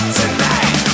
tonight